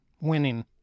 winning—